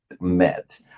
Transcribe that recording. met